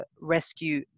rescue